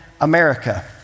America